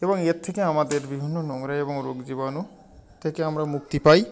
এবং এর থেকে আমাদের বিভিন্ন নোংরা এবং রোগ জীবাণু থেকে আমরা মুক্তি পাই